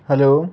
hello